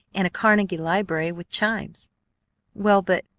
and a carnegie library with chimes well, but,